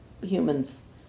humans